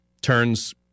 turns